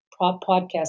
podcast